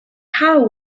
how